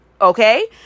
Okay